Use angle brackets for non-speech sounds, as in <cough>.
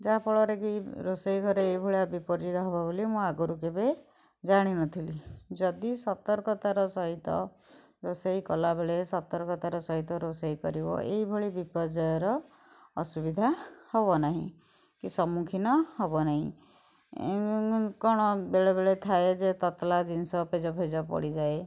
ଯାହାଫଳରେ କି ରୋଷେଇ ଘରେ ଏହିଭଳିଆ ବିପର୍ଯ୍ୟୟ ହେବ ବୋଲି ମୁଁ ଆଗୁରୁ କେବେ ଜାଣିନଥିଲି ଯଦି ସତର୍କତାର ସହିତ ରୋଷେଇ କଲାବେଳେ ସତର୍କତାର ସହିତ ରୋଷେଇ କରିବ ଏଇଭଳି ବିପର୍ଯ୍ୟୟର ଅସୁବିଧା ହେବନାହିଁ କି ସମୁଖୀନ ହେବନାହିଁ <unintelligible> କଣ ବେଳେବେଳେ ଥାଏ ଯେ ତତଲା ଜିନଷ ପେଜଫେଜ ପଡ଼ିଯାଏ